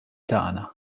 tagħna